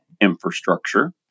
infrastructure